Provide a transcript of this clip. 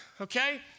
okay